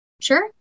Sure